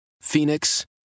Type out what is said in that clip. Phoenix